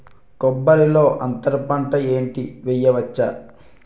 కొబ్బరి లో అంతరపంట ఏంటి వెయ్యొచ్చు?